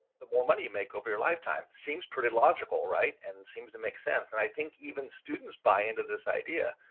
the more money make over your lifetime. seems pretty logical right? and seems to make sense and i think even students buy into this idea.